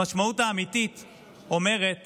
המשמעות האמיתית אומרת